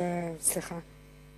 אז סליחה,